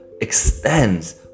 extends